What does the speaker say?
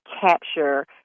capture